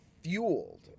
fueled